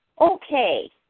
Okay